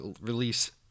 release